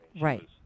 Right